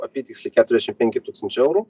apytiksliai keturiašim penki tūkstančiai eurų